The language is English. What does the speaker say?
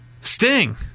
Sting